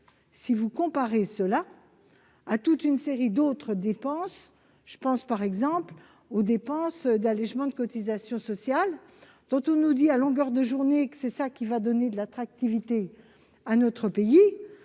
si vous la comparez à une série d'autres dépenses, par exemple les dépenses d'allègements de cotisations sociales, dont on nous dit à longueur de journée qu'elles vont donner de l'attractivité à notre pays.